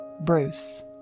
Bruce